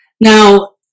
Now